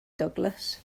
douglas